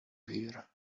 here